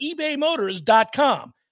ebaymotors.com